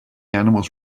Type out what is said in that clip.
animals